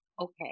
okay